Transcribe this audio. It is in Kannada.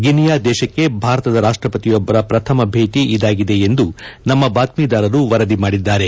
ಗಿನಿಯಾ ದೇಶಕ್ಕೆ ಭಾರತದ ರಾಷ್ಟ ಪತಿಯೊಬ್ಬರ ಪ್ರಥಮ ಭೇಟಿ ಇದಾಗಿದೆ ಎಂದು ನಮ್ಮ ಬಾತ್ಮೀದಾರರು ವರದಿ ಮಾಡಿದ್ದಾರೆ